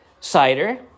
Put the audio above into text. Cider